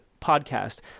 podcast